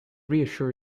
reassure